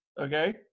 Okay